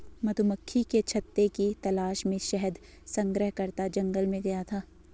मधुमक्खी के छत्ते की तलाश में शहद संग्रहकर्ता जंगल में गया था